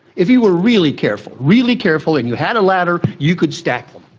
if you were really careful really careful and you had a ladder, you could stack them.